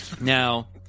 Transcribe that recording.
Now